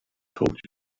told